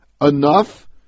enough